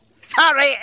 Sorry